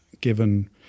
given